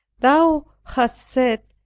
thou hast said,